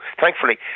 thankfully